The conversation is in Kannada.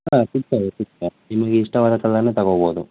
ಹಾಂ ಸಿಗ್ತದೆ ಸಿಗ್ತದೆ ನಿಮಗೆ ಇಷ್ಟವಾದ ಕಲ್ಲರನ್ನೇ ತೊಗೋಬೋದು